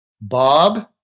Bob